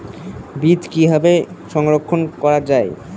বীজ কিভাবে সংরক্ষণ করা যায়?